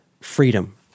freedom